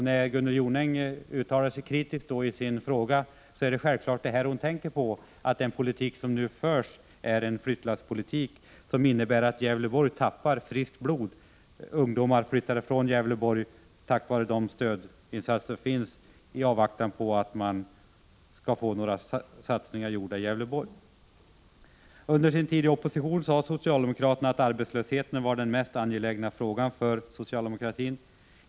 När Gunnel Jonäng uttalade sig kritiskt i sin fråga var det självfallet detta hon tänkte på, dvs. att den politik som nu förs är en flyttlasspolitik som innebär att Gävleborg tappar friskt blod. Ungdomar flyttar alltså från Gävleborg tack vare de stödinsatser som står dem till buds. Detta gör de i avvaktan på att det skall bli några satsningar gjorda i Gävleborg. Under sin tid i opposition sade socialdemokraterna att arbetslösheten var den mest angelägna frågan för socialdemokratin.